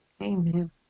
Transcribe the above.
Amen